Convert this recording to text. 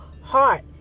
heart